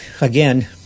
again